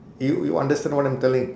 y~ you understand what I'm telling